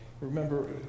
Remember